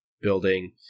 building